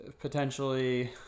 potentially